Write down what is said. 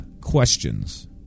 questions